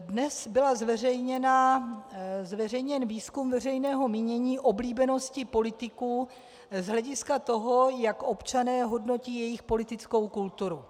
Dnes byl zveřejněn výzkum veřejného mínění oblíbenosti politiků z hlediska toho, jak občané hodnotí jejich politickou kulturu.